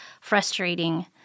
frustrating